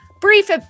brief